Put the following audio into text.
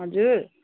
हजुर